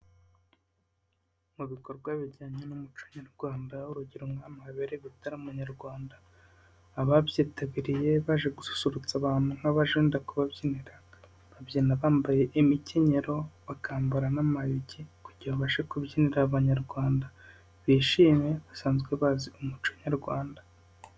Mu bikorwa bijyanye n'umuco nyarwanda, urugero nk'ahantu habereye ibitaramo nyarwanda, ababyitabiriye baje gususurutsa abantu nk'abaje wenda kubabyinira, babyina bambaye imikenyero, bakambara n'amayugi kugira ngo babashe kubyini Abanyarwanda bishime, basanzwe bazi umuco nyarwanda.